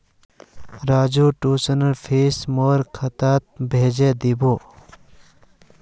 राजूर ट्यूशनेर फीस मोर खातात भेजे दीबो